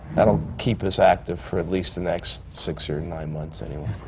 that'll keep us active for at least the next six or nine months, anyway.